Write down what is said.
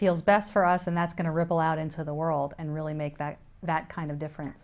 feels best for us and that's going to ripple out into the world and really make that that kind of differen